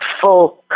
full